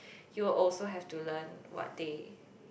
you'll also have to learn what they